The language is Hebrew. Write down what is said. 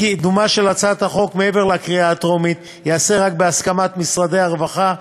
קידומה של הצעת החוק מעבר לקריאה הטרומית ייעשה רק בהסכמת משרדי הרווחה,